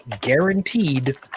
guaranteed